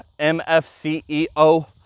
MFCEO